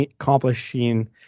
accomplishing